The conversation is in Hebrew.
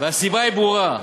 והסיבה ברורה: